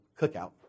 cookout